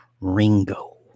Ringo